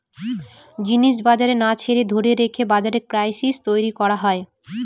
জিনিস বাজারে না ছেড়ে ধরে রেখে বাজারে ক্রাইসিস তৈরী করা হয়